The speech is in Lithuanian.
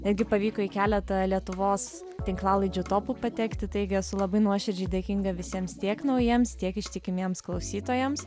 netgi pavyko į keletą lietuvos tinklalaidžių topų patekti taigi esu labai nuoširdžiai dėkinga visiems tiek naujiems tiek ištikimiems klausytojams